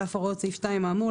על אף הוראות סעיף 2 האמור,